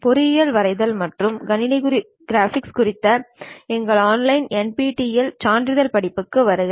பொறியியல் வரைதல் மற்றும் கணினி கிராபிக்ஸ் குறித்த எங்கள் NPTEL ஆன்லைன் சான்றிதழ் படிப்புகளுக்கு வருக